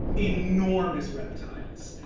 enormous reptiles,